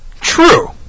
True